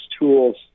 tools